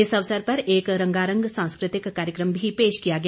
इस अवसर पर एक रंगारंग सांस्कृतिक कार्यक्रम भी पेश किया गया